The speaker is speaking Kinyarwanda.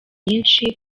nyinshi